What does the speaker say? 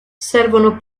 servono